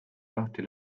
lahti